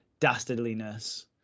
dastardliness